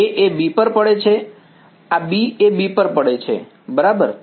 A એ B પર પડે છે આ B એ B પર પડે છે બરાબર